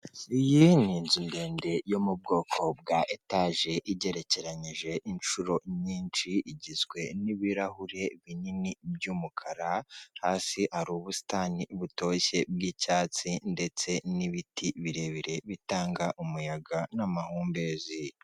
Iyi ni inzu ndende yo mu bwoko bwa etage igerekeranyije inshuro nyinshi igizwe n'ibirahure binini by'umukara, hasi hari ubusitani butoshye bw'icyatsi ndetse n'ibiti birebire bitanga umuyaga n'amahumbezi.